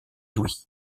louis